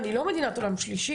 אנחנו לא מדינת עולם שלישי.